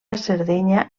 sardenya